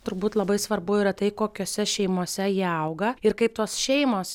turbūt labai svarbu yra tai kokiose šeimose jie auga ir kaip tos šeimos